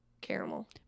Caramel